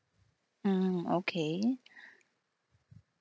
mm okay